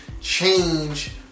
change